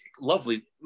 lovely